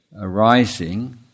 arising